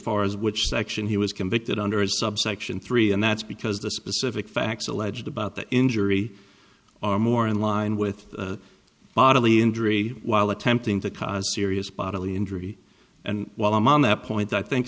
far as which section he was convicted under is subsection three and that's because the specific facts alleged about the injury are more in line with bodily injury while attempting to cause serious bodily injury and while i'm on that point i think